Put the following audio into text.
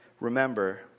Remember